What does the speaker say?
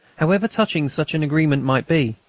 however touching such an agreement might be,